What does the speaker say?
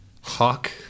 hawk